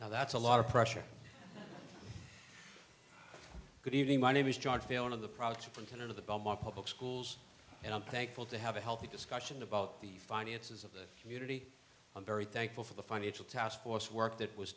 now that's a lot of pressure good evening my name is george vaillant of the product from kind of the belmont public schools and i'm thankful to have a healthy discussion about the finances of the community i'm very thankful for the financial taskforce work that was